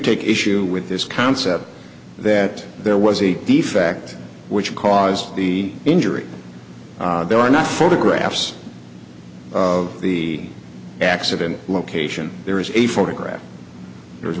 take issue with this concept that there was a defect which caused the injury there are not photographs of the accident location there is a photograph there